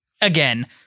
again